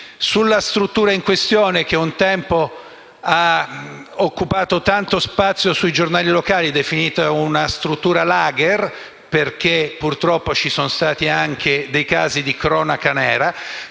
Sulla struttura in questione, che un tempo ha occupato tanto spazio sui giornali locali e che è stata definita una struttura lager (perché purtroppo ci sono stati anche casi di cronaca nera),